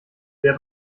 der